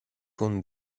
con